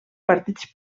partits